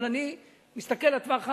אבל אני מסתכל לטווח הארוך.